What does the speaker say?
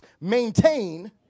maintain